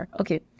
Okay